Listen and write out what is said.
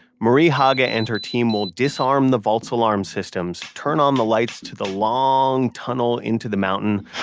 marie haga and her team will disarm the vaults alarm systems, turn on the lights to the long tunnel into the mountain,